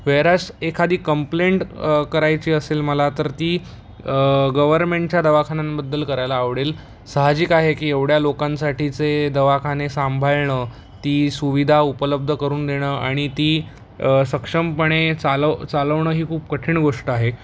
whereas एखादी complaint करायची असेल मला तर ती गवर्नमेंटच्या दवाखान्यांबद्दल करायला आवडेल साहजिक आहे की एवढ्या लोकांसाठीचे दवाखाने सांभाळणं ती सुविधा उपलब्ध करून देणं आणि ती सक्षमपणे चालव चालवणं ही खूप कठीण गोष्ट आहे